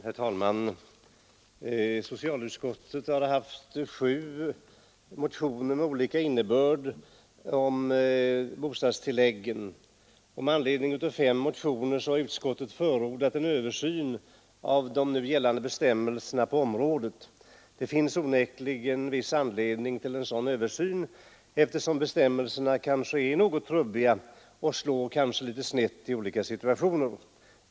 Herr talman! Socialutskottet har haft att behandla sju motioner med olika innebörd, gällande bostadstilläggen, och med anledning av fem motioner har utskottet förordat en översyn av de nuvarande bestämmelserna på området. Det finns onekligen viss anledning till en sådan översyn, eftersom bestämmelserna är något trubbiga och kanske slår litet snett i olika situationer.